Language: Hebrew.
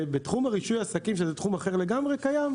ובתחום רישוי העסקים שזה תחום אחר לגמרי קיים,